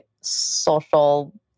social